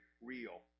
real